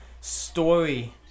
Story